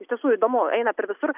iš tiesų įdomu eina per visur